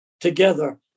together